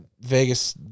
vegas